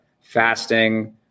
fasting